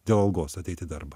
dėl algos ateit į darbą